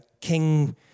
king